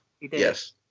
Yes